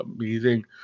amazing